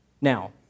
Now